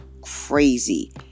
crazy